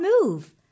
move